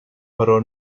però